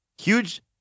huge